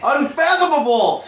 Unfathomable